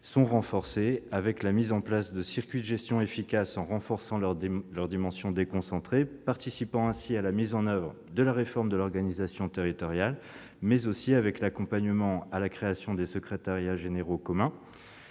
sont d'abord par la mise en place de circuits de gestion efficaces permettant de renforcer leur dimension déconcentrée, participant ainsi à la mise en oeuvre de la réforme de l'organisation territoriale. Elles le sont ensuite par l'accompagnement à la création des secrétariats généraux communs.